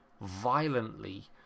violently